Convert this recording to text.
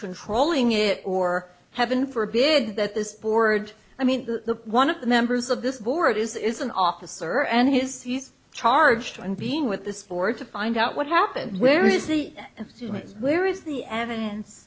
controlling it or heaven forbid that this board i mean the one of the members of this board is an officer and his he's charged and being with this board to find out what happened where is the students where is the evidence